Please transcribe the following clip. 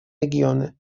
регионе